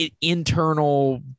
internal